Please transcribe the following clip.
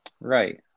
Right